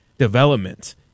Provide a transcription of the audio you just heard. development